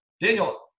Daniel